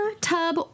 tub